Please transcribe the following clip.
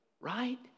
Right